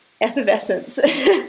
effervescence